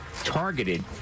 targeted